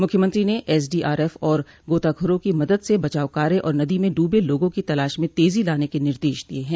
मुख्यमंत्री ने एसडीआरएफ और गोताखोरो की मदद से बचाव कार्य और नदी में डूबे लोगों की तलाश में तेजी लाने के निर्देश दिये हैं